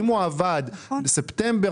אם הוא עבד בספטמבר,